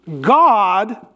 God